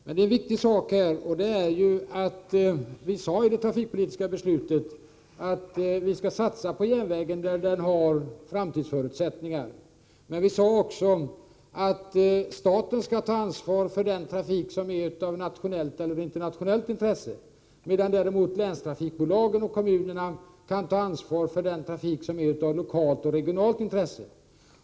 En viktig sak är att vi i det trafikpolitiska beslutet framhöll att vi skall satsa på järnvägen där denna har framtidsförutsättningar. Det framhölls också att staten skall ta ansvar för den trafik som är av nationellt eller internationellt intresse, medan länstrafikbolagen och kommunerna kan ta ansvar för den trafik som är av lokalt och regionalt intresse.